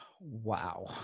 Wow